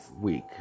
week